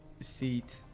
seat